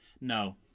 No